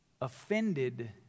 offended